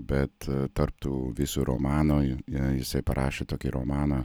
bet tarp tų visų romanų jisai parašė tokį romaną